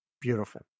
Beautiful